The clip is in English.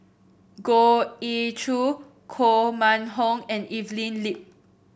Goh Ee Choo Koh Mun Hong and Evelyn Lip